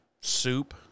soup